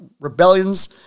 rebellions